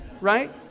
right